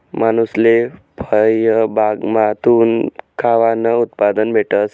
मानूसले फयबागमाथून खावानं उत्पादन भेटस